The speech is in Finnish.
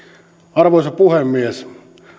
arvoisa puhemies